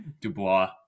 Dubois